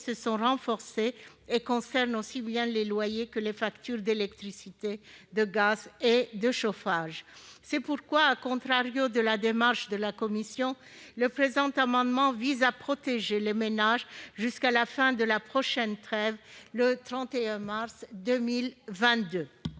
se sont renforcés ; ils concernent aussi bien les loyers que les factures d'électricité, de gaz et de chauffage. C'est pourquoi, à rebours de la démarche de la commission des lois, nous avons déposé le présent amendement, qui vise à protéger les ménages jusqu'à la fin de la prochaine trêve, le 31 mars 2022.